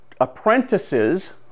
apprentices